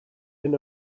hyn